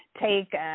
take